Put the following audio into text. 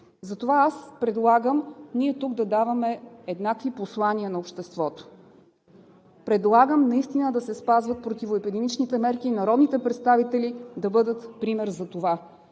Затова предлагам ние тук да даваме еднакви послания на обществото. Предлагам наистина да се спазват противоепидемичните мерки и народните представители да бъдат пример за това.